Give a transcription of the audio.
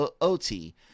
ot